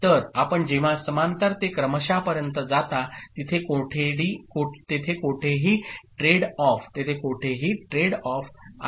तर आपण जेव्हा समांतर ते क्रमशः पर्यंत जाता तिथे कोठेही ट्रेड ऑफ आहे